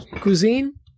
cuisine